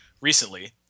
recently